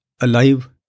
alive